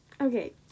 Okay